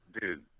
dude